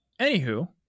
Anywho